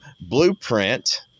blueprint